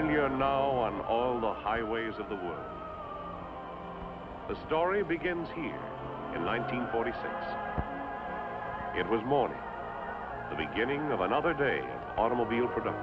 now on all the highways of the world the story begins here in nineteen forty so it was more the beginning of another day automobile for the